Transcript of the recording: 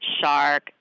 shark